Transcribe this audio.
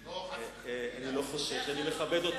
לא, חס וחלילה.